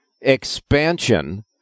expansion